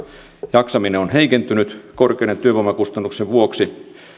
jaksaminen on on heikentynyt korkeiden työvoimakustannusten vuoksi